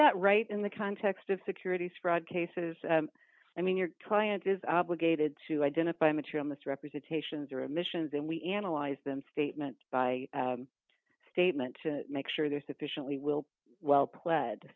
that right in the context of securities fraud cases i mean your client is obligated to identify material misrepresentations or emissions and we analyze them statement by statement to make sure they're sufficiently will well pled